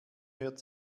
hört